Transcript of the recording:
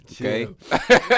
Okay